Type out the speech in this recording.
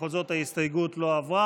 בכל זאת ההסתייגות לא עברה.